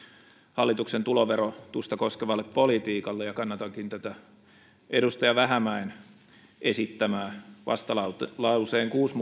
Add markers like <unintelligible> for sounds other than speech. hallituksen tuloverotusta koskevalle politiikalle kannatankin edustaja vähämäen esittämiä vastalauseen kuusi <unintelligible>